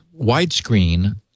widescreen